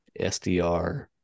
sdr